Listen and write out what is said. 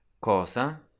Cosa